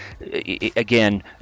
again